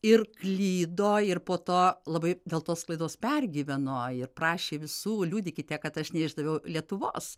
ir klydo ir po to labai dėl tos klaidos pergyveno ir prašė visų liudykite kad aš neišdaviau lietuvos